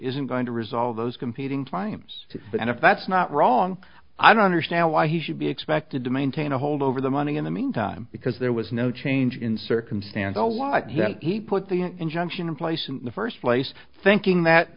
isn't going to resolve those competing clients and if that's not wrong i don't understand why he should be expected to maintain a hold over the money in the meantime because there was no change in circumstance all why he put the injunction in place in the first place thinking that